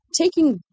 taking